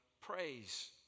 praise